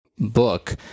Book